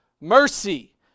mercy